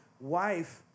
wife